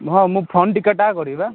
ହଁ ମୁଁ ଫୋନ୍ ଟିକେଟ୍ଟା କରିବି ବା